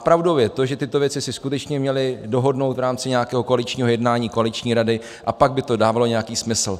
Pravdou je to, že tyto věci si skutečně měli dohodnout v rámci nějakého koaličního jednání, koaliční rady, a pak by to dávalo nějaký smysl.